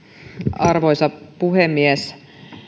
arvoisa puhemies